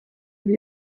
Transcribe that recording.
wie